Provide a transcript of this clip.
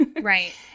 Right